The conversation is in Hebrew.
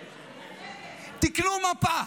בנגב, תקנו מפה.